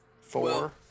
Four